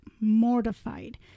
mortified